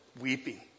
weeping